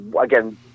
again